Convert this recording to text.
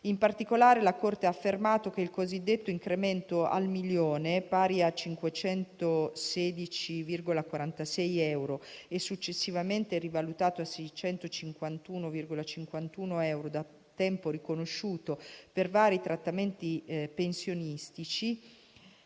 In particolare, la Corte ha affermato che il cosiddetto "incremento al milione", pari a 516,46 euro e successivamente rivalutato a 651,51 euro, da tempo riconosciuto per vari trattamenti pensionistici